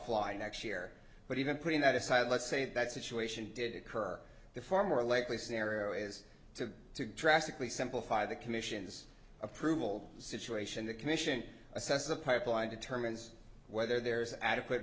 e next year but even putting that aside let's say that situation did occur the far more likely scenario is to drastically simplify the commission's approval situation the commission assess the pipeline determines whether there is adequate